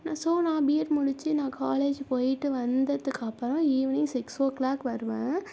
நான் ஸோ நான் பிஎட் முடித்து நான் காலேஜி போயிட்டு வந்ததுக்கு அப்பறம் ஈவினிங் சிக்ஸ் ஒ கிளாக் வருவேன்